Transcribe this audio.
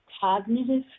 cognitive